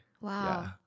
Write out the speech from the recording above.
Wow